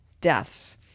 deaths